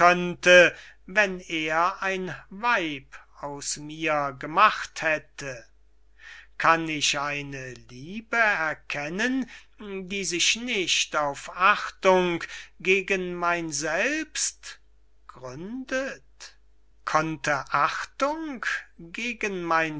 wenn er ein weib aus mir gemacht hätte kann ich eine liebe erkennen die sich nicht auf achtung gegen mein selbst gründet konnte achtung gegen mein